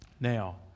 now